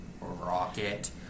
Rocket